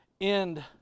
end